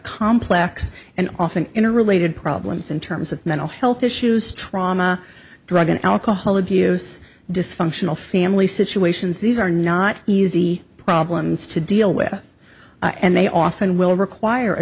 complex and often in a related problems in terms of mental health issues trauma drug and alcohol abuse dysfunctional family situations these are not easy problems to deal with and they often will require a